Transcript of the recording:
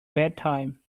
bedtime